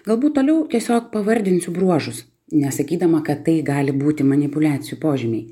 galbūt toliau tiesiog pavardinsiu bruožus nesakydama kad tai gali būti manipuliacijų požymiai